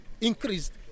increased